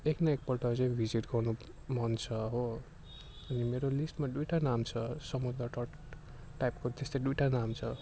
एक न एकपल्ट चाहिँ भिजिट गर्नु मन छ हो अनि मेरो लिस्टमा दुईवटा नाम छ समुद्र तट टाइपको त्यस्तै दुईवटा नाम छ